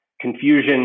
Confusion